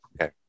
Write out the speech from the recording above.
Okay